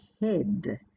head